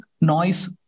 noise